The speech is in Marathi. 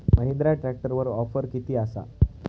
महिंद्रा ट्रॅकटरवर ऑफर किती आसा?